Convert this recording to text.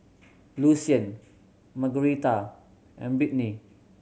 Lucien Margaretha and Brittney